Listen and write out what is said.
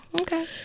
okay